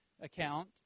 account